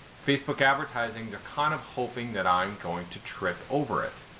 facebook advertising, they're kind of hoping that i'm going to trip over it.